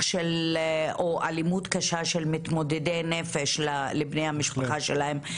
או אלימות קשה של מתמודדי נפש לבני המשפחה שלהם,